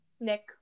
nick